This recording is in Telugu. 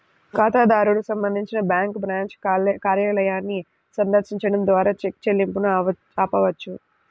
ఖాతాదారుడు సంబంధించి బ్యాంకు బ్రాంచ్ కార్యాలయాన్ని సందర్శించడం ద్వారా చెక్ చెల్లింపును ఆపవచ్చు